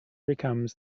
becomes